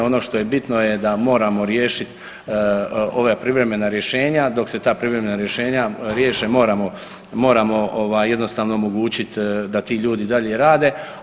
Ono što je bitno je da moramo riješiti ova privremena rješenja, dok se ta privremena rješenja riješe moramo jednostavno omogućit da ti ljudi i dalje rade.